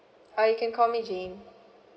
uh you can call me jane